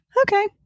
Okay